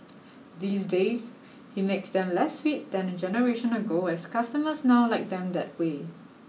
these days he makes them less sweet than a generation ago as customers now like them that way